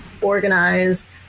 organize